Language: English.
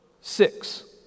six